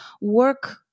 work